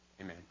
Amen